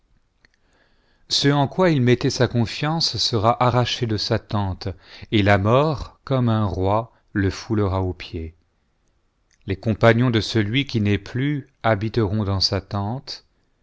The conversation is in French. ce en quoi il mettait sa confiance sera arraché de sa tente et la mort comme un roi le foulera aux pieds les compagnons de celui qui n'est plus habiteront dans sa tente